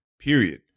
period